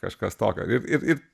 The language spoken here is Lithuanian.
kažkas tokio ir ir ir